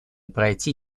пройти